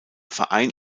verein